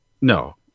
no